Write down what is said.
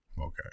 Okay